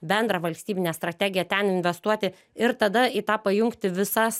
bendrą valstybinę strategiją ten investuoti ir tada į tą pajungti visas